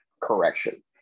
correction